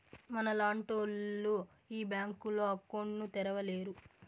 మనలాంటోళ్లు ఈ బ్యాంకులో అకౌంట్ ను తెరవలేరు